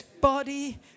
Body